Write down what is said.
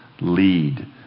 lead